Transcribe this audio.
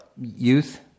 youth